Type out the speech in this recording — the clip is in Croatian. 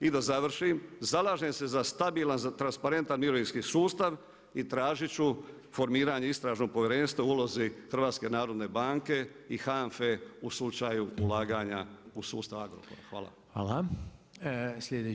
I da završim, zalažem se za stabilan, transparentan mirovinski sustav i tražit ću formiranje istražnog povjerenstva u ulozi HNB i HNF u slučaju ulaganja u sustav Agrokor.